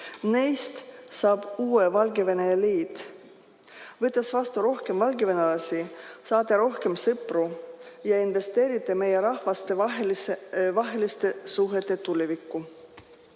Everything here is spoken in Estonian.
neist saab uue Valgevene eliit. Võttes vastu rohkem valgevenelasi, saate rohkem sõpru ja investeerite meie rahvaste vaheliste suhete tulevikku.